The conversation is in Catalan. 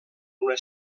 una